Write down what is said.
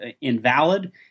invalid